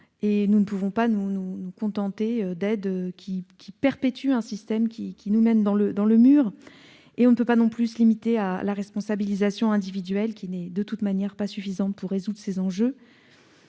Nous ne pouvons pas nous contenter d'aides qui perpétuent un système qui nous mène dans le mur, ni en appeler à la responsabilisation individuelle, qui n'est de toute manière pas suffisante pour résoudre ces enjeux.